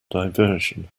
diversion